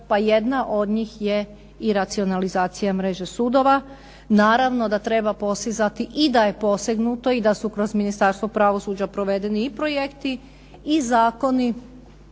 pa jedna od njih je i racionalizacija mreže sudova. Naravno da treba posizati i da je posegnuto i da su kroz Ministarstvo pravosuđa provedeni i projekti i zakoni